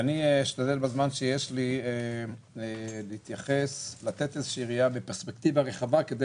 אני אשתדל בזמן שיש לי לתת איזושהי ראייה מפרספקטיבה רחבה כדי